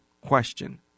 question